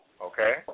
Okay